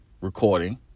recording